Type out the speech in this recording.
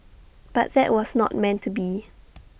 but that was not meant to be